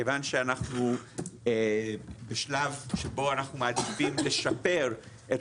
כיוון שאנחנו בשלב שבו אנחנו מעדיפים לשפר את